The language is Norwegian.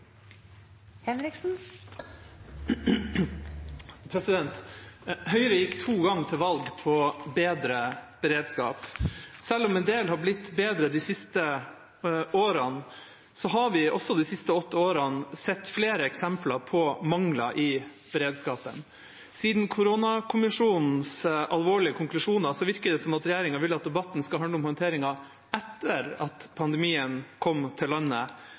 Høyre gikk to ganger til valg på bedre beredskap. Selv om en del har blitt bedre de siste årene, har vi også de siste åtte årene sett flere eksempler på mangler i beredskapen. Etter koronakommisjonens alvorlige konklusjoner virker det som at regjeringa vil at debatten skal handle om håndteringen etter at pandemien kom til landet,